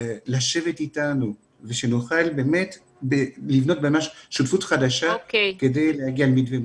לשבת אתנו ושנוכל לבנות ממש שותפות חדשה כדי להגיע למתווה מסוים.